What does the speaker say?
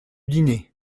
dîner